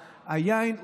היין,